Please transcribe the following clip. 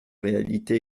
réalité